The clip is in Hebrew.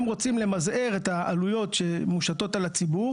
הם רוצים למזער את העלויות שמושתות על הציבור